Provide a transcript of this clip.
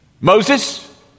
Moses